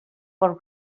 por